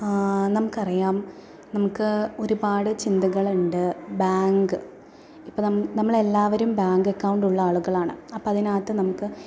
നമുക്കറിയാം നമുക്ക് ഒരുപാട് ചിന്തകളുണ്ട് ബാങ്ക് ഇപ്പോൾ നമ്മൾ നമ്മളെല്ലാവരും ബാങ്ക് അക്കൗണ്ടുള്ള ആളുകളാണ് അപ്പോൾ അതിനകത്ത് നമുക്ക്